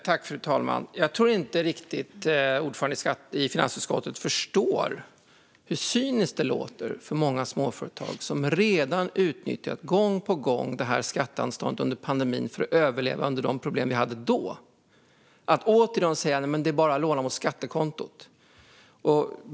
Fru talman! Jag tror inte att ordföranden i finansutskottet riktigt förstår hur cyniskt det låter för många småföretag, som redan gång på gång under pandemin utnyttjat detta skatteanstånd för att överleva de problem vi hade då, att åter få höra att det bara är att låna på skattekontot.